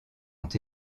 ont